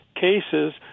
cases